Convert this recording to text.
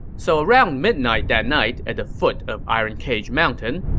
so around midnight that night at the foot of iron cage mountain,